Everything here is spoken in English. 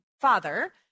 father